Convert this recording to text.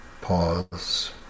Pause